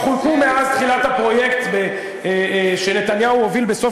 כבר חולקו מאז התחיל הפרויקט שנתניהו הוביל בסוף